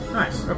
nice